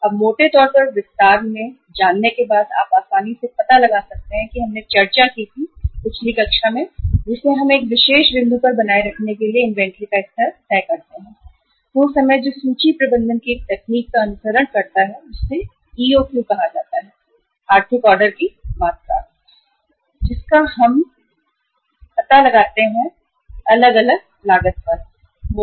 अब विस्तार में जाने बिना आप आसानी से पता लगा सकते हैं जो कि हमने पिछली कक्षा चर्चा में की थी कि हम एक विशेष बिंदु पर बनाए रखने के लिए इन्वेंट्री का स्तर तय करते हैं वह समय जो सूची प्रबंधन की एक तकनीक का अनुसरण करता है जिसे EOQ कहा जाता है आर्थिक ऑर्डर की मात्रा और उस आर्थिक ऑर्डर की मात्रा को हम पता लगा लेते हैं अलग लागत पर विचार करें